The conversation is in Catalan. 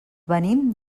venim